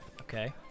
Okay